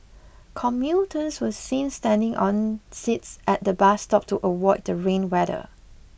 commuters were seen standing on seats at the bus stop to avoid the rain weather